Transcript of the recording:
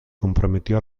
comprometió